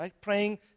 Praying